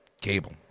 cable